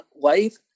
life